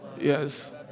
Yes